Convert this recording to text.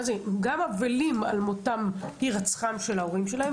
הם גם אבלים על הירצחם של ההורים שלהם